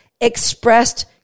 Expressed